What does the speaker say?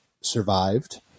survived